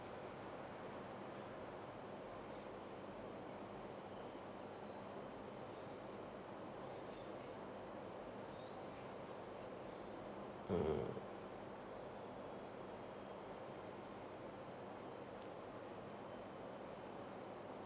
mm